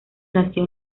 nació